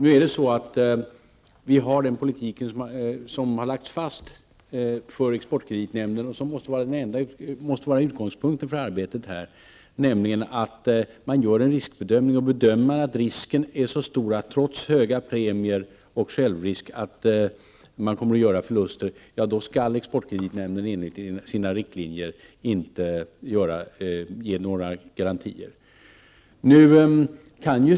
Utgångspunkt för arbetet här måste vara den politik som har lagts fast för exportkreditnämnden, nämligen att man gör en riskbedömning, och bedömer man att risken är stor att man kommer att göra förluster trots höga premier och självrisk skall exportkreditnämnden enligt sina riktlinjer inte ge några garantier.